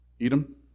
Edom